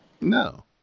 no